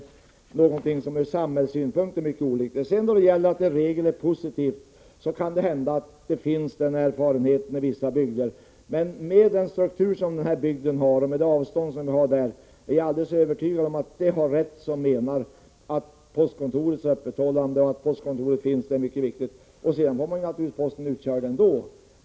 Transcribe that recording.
Detta är ur samhällssynpunkt mycket olyckligt. När kommunikationsministern säger att det i regel är positivt med en övergång till lantbrevbäring, är det möjligt att detta är riktigt i vissa bygder. Men med den struktur som denna bygd har och med avstånden där uppe är jag övertygad om att de har rätt som talat om öppethållandetiderna och som menar att det är viktigt att postkontoret får finnas kvar. Sedan bör man naturligtvis få posten utkörd ändå.